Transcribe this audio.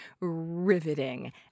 riveting